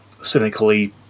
cynically